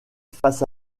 face